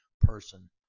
person